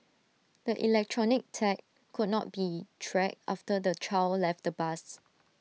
the electronic tag could not be tracked after the child left the bus